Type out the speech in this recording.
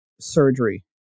surgery